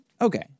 Okay